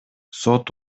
сот